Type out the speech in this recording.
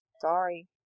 Sorry